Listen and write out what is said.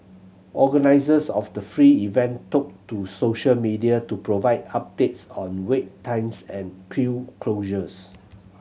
organisers of the free event took to social media to provide updates on wait times and queue closures